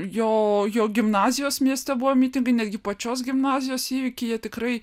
jo jo gimnazijos mieste buvo mitingai netgi pačios gimnazijos įvykyje tikrai